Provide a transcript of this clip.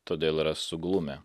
todėl yra suglumę